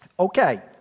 Okay